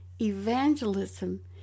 Evangelism